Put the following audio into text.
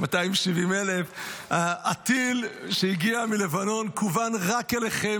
270,000. 270,000. הטיל שהגיע מלבנון כוון רק אליכם.